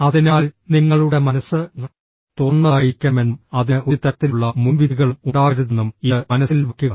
അതിനാൽ നിങ്ങളുടെ മനസ്സ് തുറന്നതായിരിക്കണമെന്നും അതിന് ഒരു തരത്തിലുള്ള മുൻവിധികളും ഉണ്ടാകരുതെന്നും ഇത് മനസ്സിൽ വയ്ക്കുക